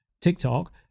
TikTok